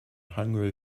hungry